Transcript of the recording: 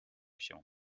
się